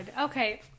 okay